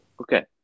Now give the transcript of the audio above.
okay